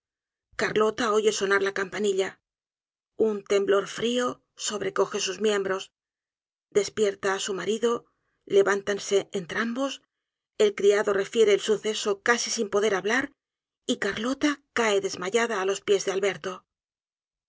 alberto carlota oye sonar la campanilla un temblor frió sobrecoge sus miembros despierta á su marido levántanse entrambos el criado refiere el suceso casi sin poder hablar y carlota cae desmayada á los pies de alberto